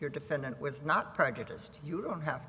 your defendant was not prejudiced you don't have to